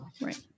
Right